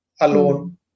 alone